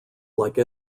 like